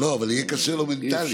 אבל יהיה קשה לו מנטלית.